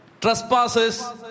Trespasses